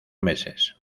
meses